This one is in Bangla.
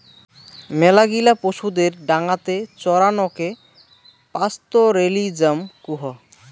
মেলাগিলা পশুদের ডাঙাতে চরানকে পাস্তোরেলিজম কুহ